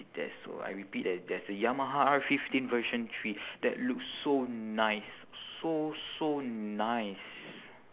that's so I repeat there's there's a yamaha R fifteen version three that looks so nice so so nice